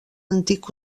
antic